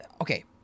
okay